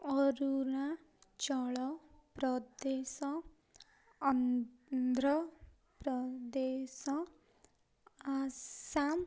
Arunachal Pradesh Andhra Pradesh Assam